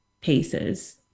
PACES